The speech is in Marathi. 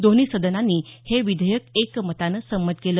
दोन्ही सदनांनी हे विधेयक एकमतानं संमत केलं